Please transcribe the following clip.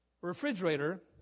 refrigerator